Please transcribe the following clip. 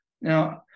Now